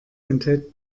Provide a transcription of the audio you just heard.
enthält